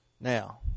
Now